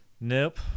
Nope